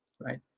right